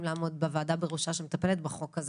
לעמוד בראש הוועדה שמטפלת בחוק הזה